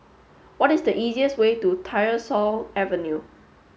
what is the easiest way to Tyersall Avenue